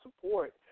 support